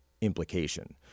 implication